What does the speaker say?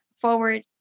forward